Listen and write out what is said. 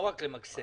לא רק למקסם.